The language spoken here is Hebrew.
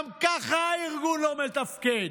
גם ככה הארגון לא מתפקד,